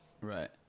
Right